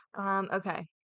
Okay